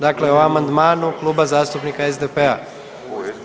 Dakle o amandmanu Kluba zastupnika SDP-a.